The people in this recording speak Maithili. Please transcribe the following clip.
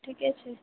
ठीके छै